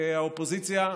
האופוזיציה,